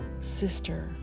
sister